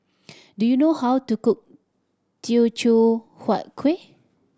do you know how to cook Teochew Huat Kueh